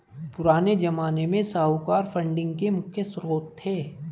पुराने ज़माने में साहूकार फंडिंग के मुख्य श्रोत थे